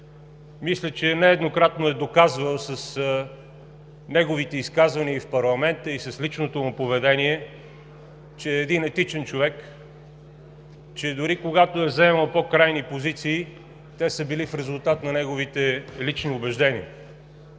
Мисля, че нееднократно е доказвал с неговите изказвания и в парламента, и с личното му поведение, че е един етичен човек, че дори когато е заемал по крайни позиции, те са били в резултат на неговите лични убеждения.